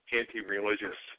anti-religious